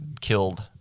killed